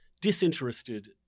disinterested